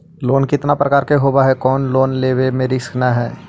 Loan कितना प्रकार के होबा है कोन लोन लेब में रिस्क न है?